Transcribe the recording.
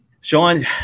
Sean